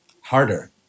Harder